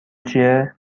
چیه